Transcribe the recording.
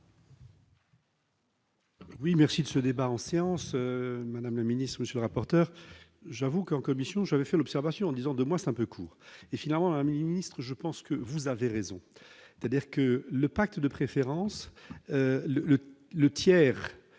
Oui, merci de ce débat en séance, Madame la Ministre Monsieur rapporteur j'avoue qu'en commission, j'avais fait l'observation disons de mois c'est un peu court et finalement un ministre, je pense que vous avez raison de dire que le pacte de préférence le le